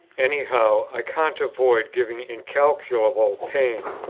any how, i can't avoid giving incalculable pain.